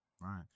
Right